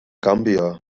gambia